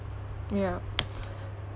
ya